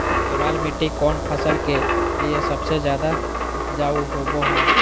केबाल मिट्टी कौन फसल के लिए सबसे ज्यादा उपजाऊ होबो हय?